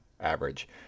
average